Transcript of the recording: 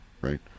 Right